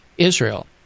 israel